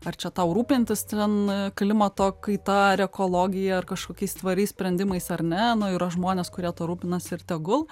ar čia tau rūpintis ten klimato kaita ir ekologija ar kažkokiais tvariais sprendimais ar ne nu yra žmonės kurie tuo rūpinasi ir tegul